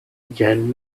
jan